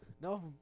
No